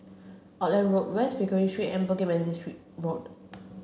Auckland Road West Pickering Street and Bukit Manis street Road